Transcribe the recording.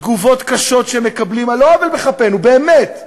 תגובות קשות שהם מקבלים, על לא עוול בכפנו, באמת,